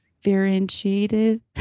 Differentiated